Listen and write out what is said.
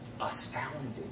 astounding